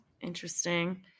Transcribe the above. Interesting